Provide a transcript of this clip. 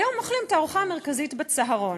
היום אוכלים את הארוחה המרכזית בצהרון.